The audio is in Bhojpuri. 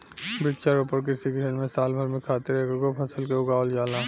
वृक्षारोपण कृषि के खेत में साल भर खातिर एकेगो फसल के उगावल जाला